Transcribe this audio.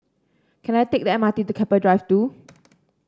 can I take the M R T to Keppel Drive Two